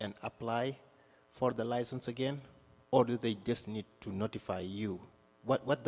and apply for the license again or do they just need to notify you what